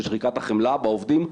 של שחיקת החמלה בעובדים,